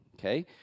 okay